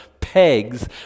pegs